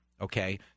okay